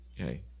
okay